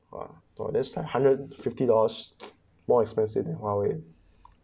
orh orh that's like hundred and fifty dollars more expensive than huawei